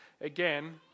again